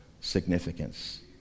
significance